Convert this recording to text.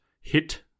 hit